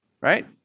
Right